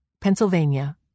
Pennsylvania